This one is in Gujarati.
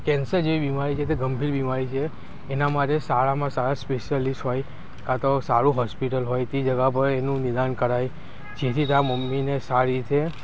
કેન્સર જેવી બીમારી છે તે ગંભીર બીમારી છે એના માટે સારામાં સારા સ્પેસયાલિસ હોય કાં તો સારું હોસ્પિટલ હોય તે જગ્યા પર એનું નિદાન કરાવી સીધી તારાં મમ્મીને સારી રીતે